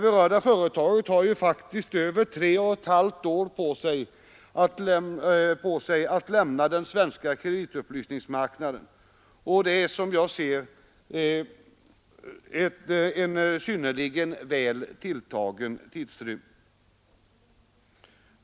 Berörda företag har ju faktiskt över tre och ett halvt år på sig att lämna den svenska kreditupplysningsmarknaden, och det är som jag ser det en synnerligen väl tilltagen tidsrymd.